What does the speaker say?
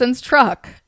truck